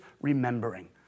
remembering